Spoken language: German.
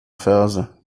ferse